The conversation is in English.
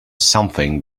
something